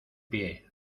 pie